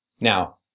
Now